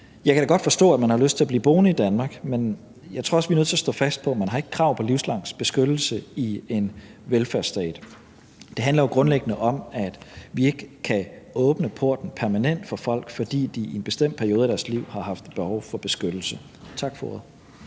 Jeg kan da godt forstå, at man har lyst til at blive boende i Danmark, men jeg tror også, vi er nødt til at stå fast på, at man ikke har krav på livslang beskyttelse i en velfærdsstat. Det handler jo grundlæggende om, at vi ikke kan åbne porten permanent for folk, fordi de i en bestemt periode af deres liv har haft behov for beskyttelse. Tak for ordet.